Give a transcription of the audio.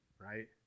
right